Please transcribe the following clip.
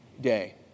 day